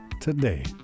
today